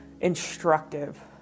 instructive